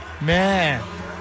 Man